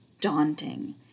daunting